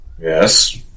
Yes